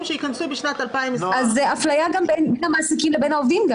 שיכנסו בשנת 2022. אז זו אפליה בין המעסיקים לעובדים.